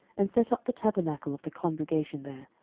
and set up the tabernacle of the congregation there.